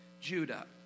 Judah